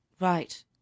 right